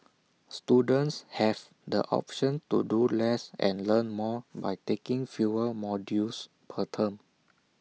students have the option to do less and learn more by taking fewer modules per term